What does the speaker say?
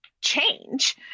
change